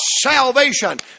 salvation